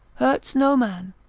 hurts no man,